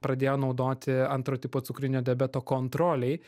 pradėjo naudoti antro tipo cukrinio diabeto kontrolei